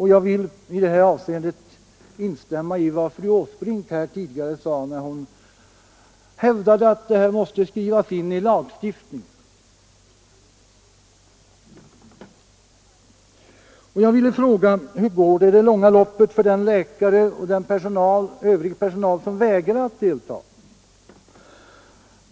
I det sammanhanget vill jag instämma i vad fru Åsbrink tidigare sade, när hon hävdade att garantier måste skapas genom lagstiftningen. Jag vill också fråga hur det i det långa loppet går för den läkare och för den övriga personal som vägrar delta